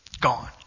gone